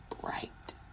bright